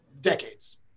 decades